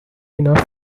enough